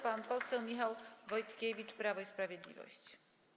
Pan poseł Michał Wojtkiewicz, Prawo i Sprawiedliwość.